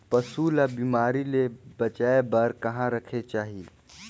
पशु ला बिमारी ले बचाय बार कहा रखे चाही?